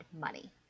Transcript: money